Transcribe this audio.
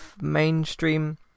mainstream